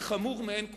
וחמור מאין כמותו.